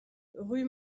rue